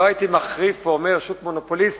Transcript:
לא הייתי מחריף ואומר שוק מונופוליסטי,